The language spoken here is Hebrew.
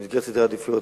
במסגרת סדרי העדיפויות,